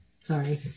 Sorry